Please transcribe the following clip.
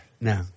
No